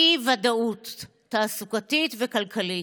אי-ודאות תעסוקתית וכלכלית.